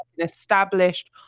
Established